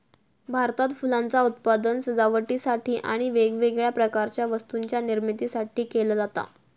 भारतात फुलांचा उत्पादन सजावटीसाठी आणि वेगवेगळ्या प्रकारच्या वस्तूंच्या निर्मितीसाठी केला जाता